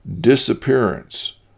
disappearance